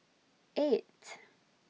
eight